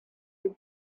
with